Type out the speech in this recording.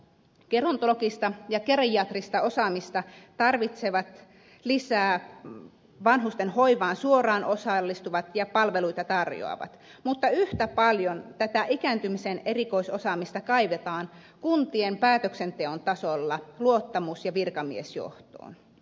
gerontologista ja geriatrista osaamista tarvitsevat lisää vanhustenhoivaan suoraan osallistuvat ja palveluja tarjoavat mutta yhtä paljon tätä ikääntymisen erikoisosaamista kaivataan kuntien päätöksenteon tasolla luottamus ja virkamiesjohtoon